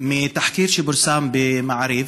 מתחקיר שפורסם במעריב